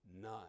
none